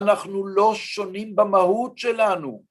‫אנחנו לא שונים במהות שלנו.